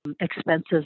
expenses